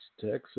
Texas